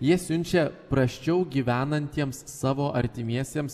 jie siunčia prasčiau gyvenantiems savo artimiesiems